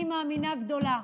אני מאמינה גדולה,